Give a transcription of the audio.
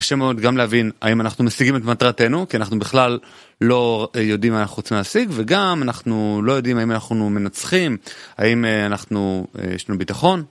קשה מאוד גם להבין האם אנחנו משיגים את מטרתנו כי אנחנו בכלל לא יודעים מה אנחנו רוצים להשיג וגם אנחנו לא יודעים האם אנחנו מנצחים, האם יש לנו ביטחון.